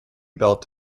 built